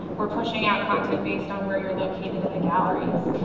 we're pushing out content based on where you're located in the galleries.